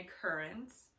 occurrence